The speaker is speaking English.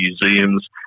museums